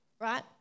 right